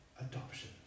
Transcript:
adoption